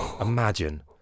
Imagine